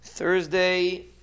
Thursday